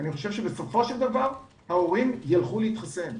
אני חושב שבסופו של דבר ההורים ילכו להתחסן.